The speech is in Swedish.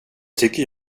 tycker